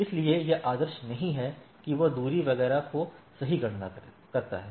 इसलिए यह आदर्श नहीं है कि यह दूरी वगैरह की सही गणना करता है